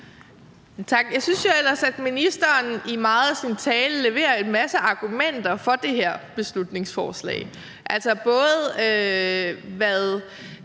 Jeg synes jo ellers, at ministeren i meget af sin tale leverer en masse argumenter for det her beslutningsforslag, bl.a. i forhold